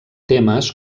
temes